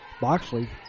Boxley